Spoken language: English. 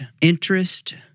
interest